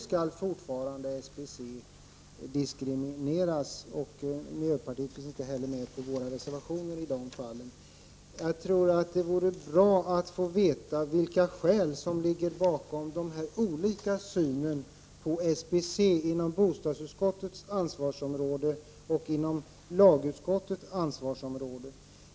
Miljöpartiet finns i de fallen inte heller med på våra reservationer. Jag tror att det vore bra att få veta vilka skäl som ligger bakom de olika sätten att se på SBC inom bostadsutskottets ansvarsområde och inom lagutskottets ansvarsområde.